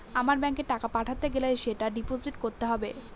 আমার ব্যাঙ্কে টাকা পাঠাতে গেলে সেটা ডিপোজিট করতে হবে